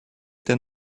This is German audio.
der